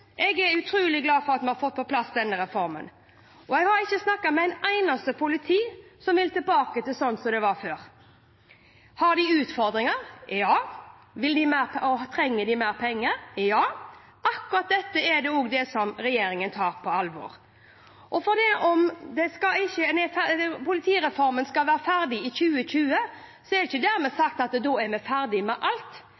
Jeg er utrolig glad for at vi har fått på plass denne reformen, og jeg har ikke snakket med en eneste i politiet som vil tilbake til slik det var før. Har de utfordringer? Ja. Trenger de mer penger? Ja. Akkurat dette tar også regjeringen på alvor. Selv om politireformen skal være ferdig i 2020, er det ikke dermed